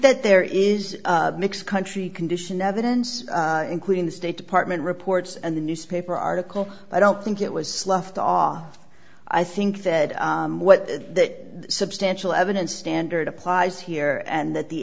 that there is mixed country condition evidence including the state department reports and the newspaper article i don't think it was left off i think that what that substantial evidence standard applies here and that the